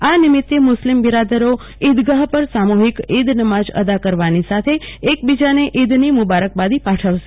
આ નિમિતે મુસ્લિમ બિરાદરો ઈદગાહ પર સ ામુહિક ઈદ નમાજ અદાકરવાની સાથે એકબીજાને ઈદની મુબારકબાદી પાઠવશે